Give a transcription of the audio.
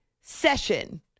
session